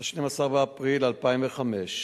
12 באפריל 2005,